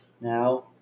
Now